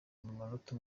munota